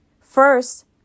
First